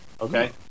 okay